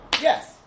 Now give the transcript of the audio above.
Yes